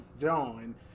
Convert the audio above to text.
John